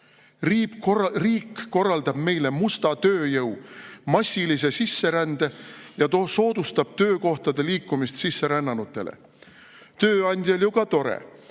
Riik korraldab meile musta tööjõu massilise sisserände ja soodustab töökohtade liikumist sisserännanutele. Tööandjal on ju ka tore,